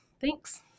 Thanks